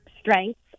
strengths